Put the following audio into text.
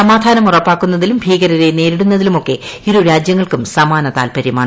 സമാധാനം ഉറപ്പാക്കുന്നതിലും ഭീകരരെ നേരിടുന്നതിലുമൊക്കെ ഇരുരാജൃങ്ങൾക്കും സമാന താത്പര്യമാണ്